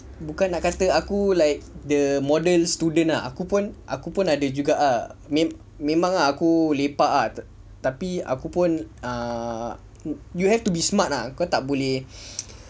bukan nak kata aku like the model student ah aku pun aku pun ada juga ah mem~ memang ah aku lepak ah t~ tapi aku pun err you have to be smart ah kau tak boleh